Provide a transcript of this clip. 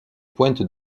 pointes